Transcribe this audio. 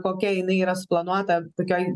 kokia jinai yra suplanuota tokioj